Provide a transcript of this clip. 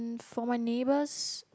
for my neighbours